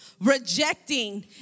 rejecting